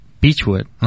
beechwood